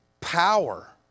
power